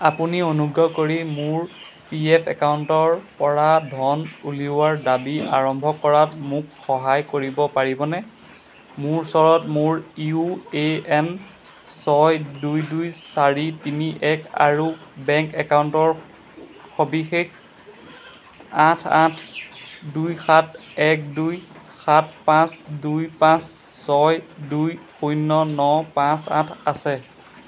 আপুনি অনুগ্ৰহ কৰি মোৰ পি এফ একাউণ্টৰপৰা ধন উলিওৱাৰ দাবী আৰম্ভ কৰাত মোক সহায় কৰিব পাৰিবনে মোৰ ওচৰত মোৰ ইউ এ এন ছয় দুই দুই চাৰি তিনি এক আৰু বেংক একাউণ্টৰ সবিশেষ আঠ আঠ দুই সাত এক দুই সাত পাঁচ দুই পাঁচ ছয় দুই শূন্য ন পাঁচ আঠ আছে